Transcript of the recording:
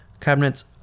cabinets